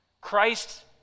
christ